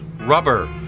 rubber